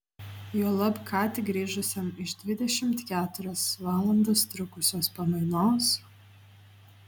juolab ką tik grįžusiam iš dvidešimt keturias valandas trukusios pamainos